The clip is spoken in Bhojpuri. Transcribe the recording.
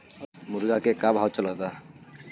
मुर्गा के का भाव चलता?